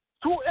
Two